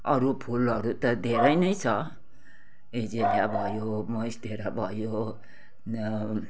अरू फुलहरू त धेरै नै छ एजेलिया भयो मोन्सटेरा भयो